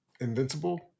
invincible